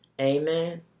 Amen